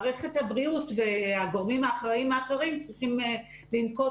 מערכת הבריאות והגורמים האחראים האחרים צריכים לנקוט